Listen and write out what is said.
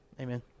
amen